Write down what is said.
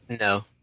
No